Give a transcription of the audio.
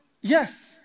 Yes